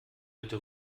bitte